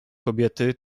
kobiety